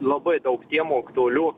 labai daug temų aktualių